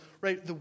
right